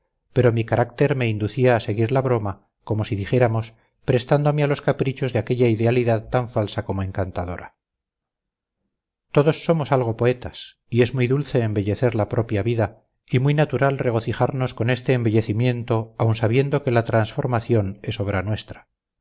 pero mi carácter me inducía a seguir la broma como si dijéramos prestándome a los caprichos de aquella idealidad tan falsa como encantadora todos somos algo poetas y es muy dulce embellecer la propia vida y muy natural regocijarnos con este embellecimiento aun sabiendo que la transformación es obra nuestra